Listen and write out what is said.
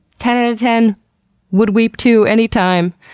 ten and ten would weep to anytime.